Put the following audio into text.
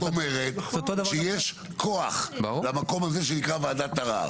זאת אומרת, שיש כוח למקום הזה שנקרא וועדת ערר.